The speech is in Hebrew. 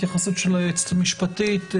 התייחסות של היועצת המשפטית,